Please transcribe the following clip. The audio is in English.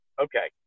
okay